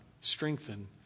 strengthen